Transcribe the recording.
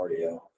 cardio